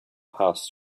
passed